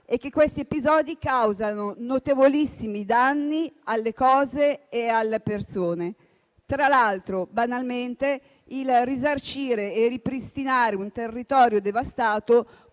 e che tali episodi causano notevolissimi danni alle cose e alle persone. Tra l'altro, banalmente, il risarcire e ripristinare un territorio devastato